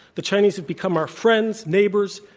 the chinese have become our friends, neighbors,